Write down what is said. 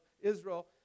Israel